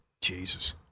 Jesus